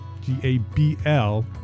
G-A-B-L